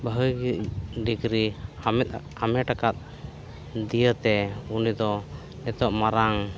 ᱵᱷᱟᱹᱜᱤ ᱰᱤᱜᱽᱨᱤ ᱦᱟᱢᱮᱴ ᱟᱠᱟᱫ ᱫᱤᱭᱟᱹᱛᱮ ᱩᱱᱤ ᱫᱚ ᱱᱤᱛᱚᱜ ᱢᱟᱨᱟᱝ